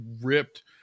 ripped